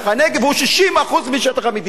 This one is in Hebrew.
הנגב הוא 60% משטח המדינה,